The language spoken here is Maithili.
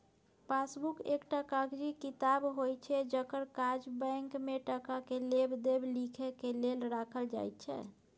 पासबुक एकटा कागजी किताब होइत छै जकर काज बैंक में टका के लेब देब लिखे के लेल राखल जाइत छै